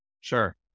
Sure